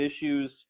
issues